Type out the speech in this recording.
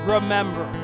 Remember